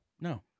No